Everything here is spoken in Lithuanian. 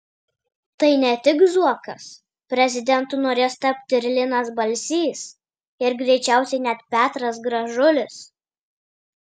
tai ne tik zuokas prezidentu norės tapti ir linas balsys ir greičiausiai net petras gražulis